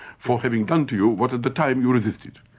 for having done to you what at the time you resisted.